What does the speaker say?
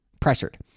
pressured